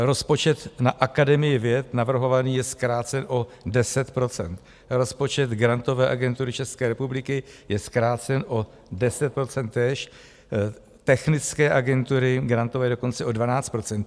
Rozpočet na Akademii věd navrhovaný je zkrácen o 10 %, rozpočet Grantové agentury České republiky je zkrácen o 10 % též, Technologické agentury grantové dokonce o 12 %.